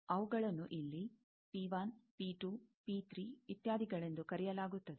ಅವುಗಳನ್ನು ಇಲ್ಲಿ ಇತ್ಯಾದಿಗಳೆಂದು ಕರೆಯಲಾಗುತ್ತದೆ